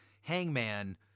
Hangman